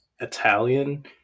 Italian